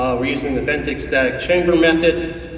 we're using the vented, static chamber method,